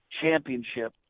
championship